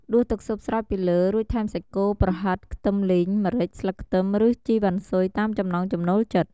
ដួសទឹកស៊ុបស្រោចពីលើ រួចថែមសាច់គោ ប្រហិត ខ្ទឹមលីង ម្រេច ខ្ទឹមស្លឹក ឬជីវ៉ាន់ស៊ុយតាមចំណងចំណូលចិត្ត។